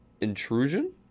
Intrusion